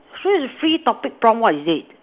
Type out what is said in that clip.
so it's free topic prompt what is it